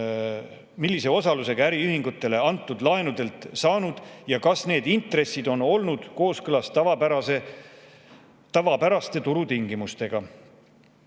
abikaasa osalusega äriühingutele antud laenudelt saanud ja kas need intressid on olnud kooskõlas tavapäraste turutingimustega.